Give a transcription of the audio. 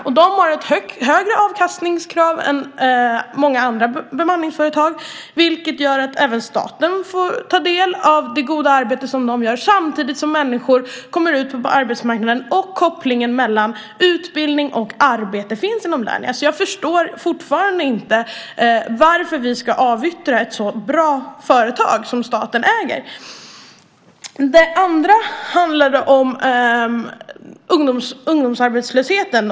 Och Lernia har ett högre avkastningskrav än många andra bemanningsföretag, vilket gör att även staten får ta del av det goda arbete som man gör samtidigt som människor kommer ut på arbetsmarknaden. Och det finns också en koppling mellan utbildning och arbete inom Lernia. Jag förstår därför fortfarande inte varför vi ska avyttra ett så bra företag som staten äger. Det andra handlade om ungdomsarbetslösheten.